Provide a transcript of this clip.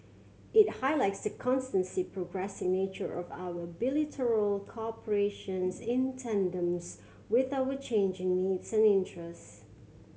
it highlights the progressing nature of our bilateral cooperation in tandems with our changing needs and interest